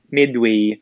midway